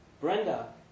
Brenda